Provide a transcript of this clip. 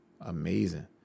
amazing